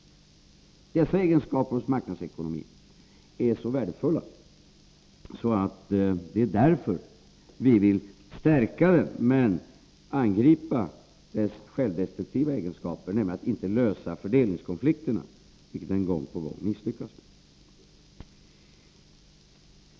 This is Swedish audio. Dessa egenskaper hos marknadsekonomin är så värdefulla att det är därför vi vill stärka den men angripa dess självdestruktiva egenskaper, nämligen att inte lösa fördelningskonflikterna, vilket den gång på gång misslyckas med.